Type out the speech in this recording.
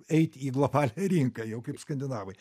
eit į globalią rinką jau kaip skandinavai